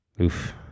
Oof